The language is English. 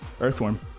earthworm